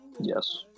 Yes